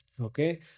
Okay